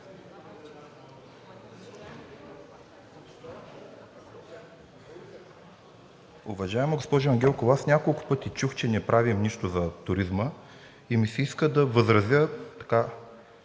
Уважаема госпожо Ангелкова. Аз няколко пъти чух, че не правим нищо за туризма, и ми се иска да възразя с